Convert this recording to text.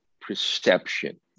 perception